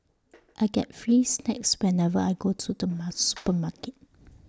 I get free snacks whenever I go to the supermarket